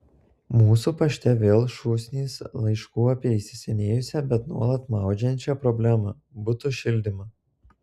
mūsų pašte vėl šūsnys laiškų apie įsisenėjusią bet nuolat maudžiančią problemą butų šildymą